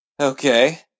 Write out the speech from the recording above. Okay